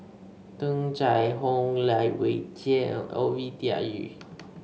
Tung Chye Hong Lai Weijie Ovidia Yu